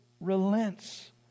relents